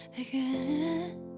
again